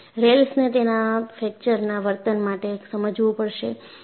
રેલ્સને તેના ફ્રેકચરના વર્તન માટે સમજવું પડશે